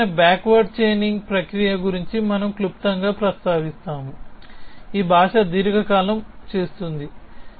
ఈ రకమైన backward chaining ప్రక్రియ గురించి మనము క్లుప్తంగా ప్రస్తావిస్తాము ఈ భాష దీర్ఘకాలం చేస్తుంది